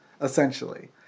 essentially